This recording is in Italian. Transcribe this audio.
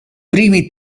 primi